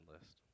list